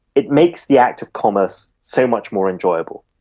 it makes the act of commerce so much more enjoyable,